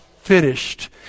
finished